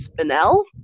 Spinel